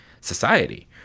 society